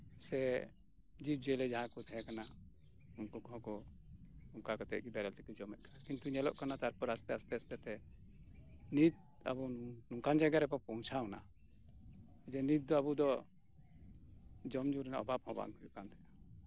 ᱥᱮ ᱡᱤᱵᱽ ᱡᱤᱭᱟᱹᱞᱤ ᱡᱟᱦᱟᱸᱭ ᱠᱚ ᱛᱟᱦᱮᱸ ᱠᱟᱱᱟ ᱩᱱᱠᱩ ᱠᱚᱸᱦᱚ ᱚᱱᱠᱟ ᱠᱟᱛᱮᱫ ᱵᱮᱨᱮᱞ ᱛᱮᱠᱚ ᱡᱚᱢ ᱮᱫ ᱠᱟᱱ ᱛᱟᱦᱮᱸᱫᱼᱟ ᱠᱤᱱᱛᱩ ᱧᱮᱞᱚᱜ ᱠᱟᱱᱟ ᱛᱟᱨᱯᱚᱨᱮ ᱟᱥᱛᱮ ᱟᱥᱛᱮ ᱟᱥᱛᱮ ᱛᱮ ᱱᱤᱛ ᱟᱵᱚ ᱱᱚᱝᱠᱟᱱ ᱡᱟᱭᱜᱟ ᱨᱮᱵᱚᱱ ᱯᱳᱣᱪᱷᱟᱣᱱᱟ ᱡᱮ ᱱᱤᱛ ᱫᱚ ᱟᱵᱚ ᱫᱚ ᱡᱚᱢ ᱧᱩ ᱨᱮᱱᱟᱜ ᱚᱵᱷᱟᱵᱽ ᱦᱚᱸ ᱵᱟᱝ ᱦᱳᱭᱳᱜ ᱠᱟᱱᱟ ᱠᱟᱱᱛᱟᱵᱚᱱᱟ